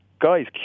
guys